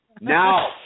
Now